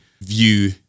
view